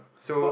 so